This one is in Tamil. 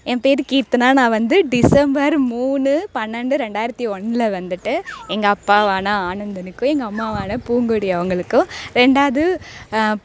என் பேர் கீர்த்தனா நான் வந்து டிசம்பர் மூணு பன்னெண்டு ரெண்டாயிரத்தி ஒன்ல வந்துட்டு எங்கள் அப்பாவான ஆனந்தனுக்கும் எங்கள் அம்மாவான பூங்கொடி அவங்களுக்கும் ரெண்டாவது